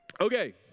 Okay